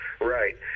Right